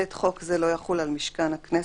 (ב) חוק זה לא יחול על משכן הכנסת,